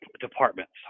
departments